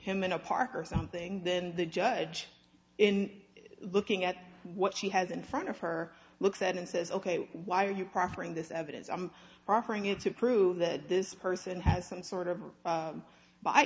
him in a park or something then the judge in looking at what she has in front of her looks at and says ok why are you proffering this evidence i'm offering it to prove that this person has some sort of